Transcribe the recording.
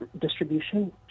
distribution